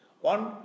One